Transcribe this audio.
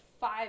five